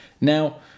Now